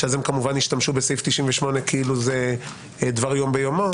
שאז הם כמובן השתמשו בסעיף 98 כאילו זה דבר יום ביומו,